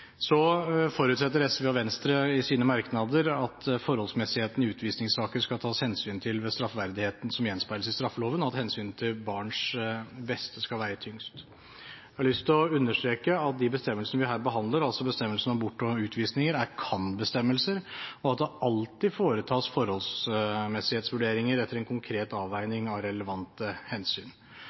Så forutsetter SV og Venstre i sine merknader at forholdsmessigheten i utvisningssaker skal tas hensyn til ved straffverdigheten som gjenspeiles i straffeloven, og at hensynet til barns beste skal veie tyngst. Jeg har lyst til å understreke at de bestemmelsene vi her behandler, altså bestemmelsene om bortvisning og utvisning, er kan-bestemmelser, og at det alltid foretas forholdsmessighetsvurderinger etter en konkret avveining av relevante hensyn.